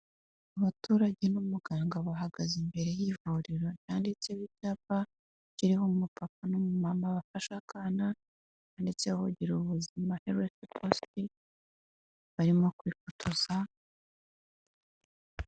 Abaturage n'umuganga bahagaze imbere y'ivuriro, ndanditseho icyapa kiriho umu papa n'umama bafashe akana, handitseho gira ubuzima herifu positi barimo kwifotoza.